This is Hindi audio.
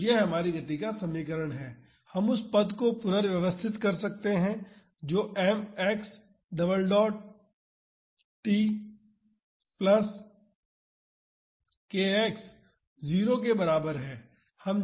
तो यह हमारी गति का समीकरण है हम उस पद को पुनर्व्यवस्थित कर सकते हैं जो m x double dot t plus kx 0 के बराबर है